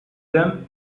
them